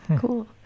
Cool